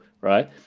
right